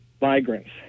Migrants